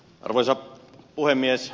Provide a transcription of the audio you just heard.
arvoisa puhemies